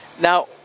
now